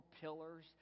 pillars